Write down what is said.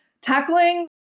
tackling